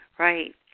Right